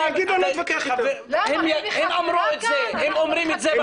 הם אומרים את זה.